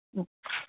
okay